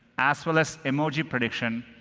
as well as emoji prediction,